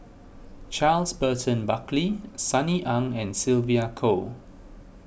Charles Burton Buckley Sunny Ang and Sylvia Kho